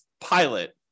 pilot